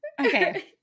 Okay